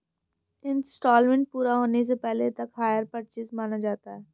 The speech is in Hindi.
इन्सटॉलमेंट पूरा होने से पहले तक हायर परचेस माना जाता है